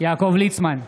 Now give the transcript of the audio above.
יעקב ליצמן,